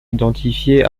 identifié